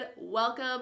welcome